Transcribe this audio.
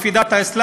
לפי דת האסלאם,